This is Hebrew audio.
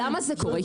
למה זה קורה?